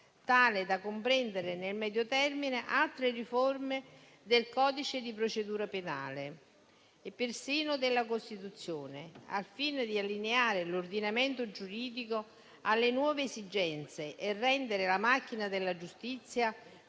tale da comprendere nel medio termine altre riforme del codice di procedura penale e persino della Costituzione, al fine di allineare l'ordinamento giuridico alle nuove esigenze e rendere la macchina della giustizia